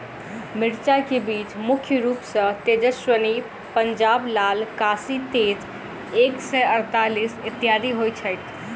मिर्चा केँ बीज मुख्य रूप सँ तेजस्वनी, पंजाब लाल, काशी तेज एक सै अड़तालीस, इत्यादि होए छैथ?